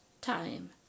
time